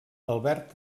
albert